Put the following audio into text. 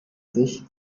sich